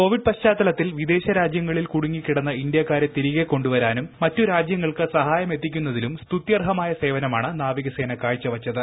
Covid പശ്ചാത്തലത്തിൽ വിദേശരാജ്യങ്ങളിൽ കുടുങ്ങി കിടന്ന ഇന്തൃക്കാരെ തിരികെ കൊണ്ടുവരാനും മറ്റു രാജ്യങ്ങൾക്ക് സഹായം എത്തിക്കുന്നതിലും സ്തുത്യർഹമായ സേവനമാണ് നാവിക സേന കാഴ്ച വച്ചത്